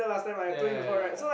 ya ya ya ya